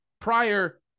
prior